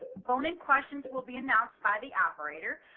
phone-in questions will be announced by the operator.